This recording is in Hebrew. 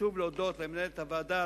ושוב להודות למנהלת הוועדה,